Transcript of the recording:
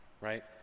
right